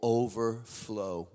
overflow